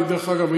ודרך אגב,